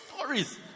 stories